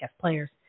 players